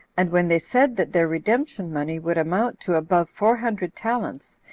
and when they said that their redemption money would amount to above four hundred talents,